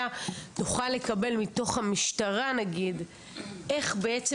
תוכל לקבל מתוך המשטרה נגיד איך בעצם